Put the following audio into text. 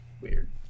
weird